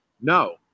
no